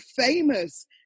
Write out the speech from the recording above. famous